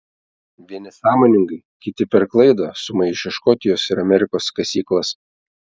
vieni sąmoningai kiti per klaidą sumaišę škotijos ir amerikos kasyklas